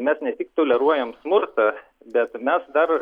mes ne tik toleruojam smurtą bet mes dar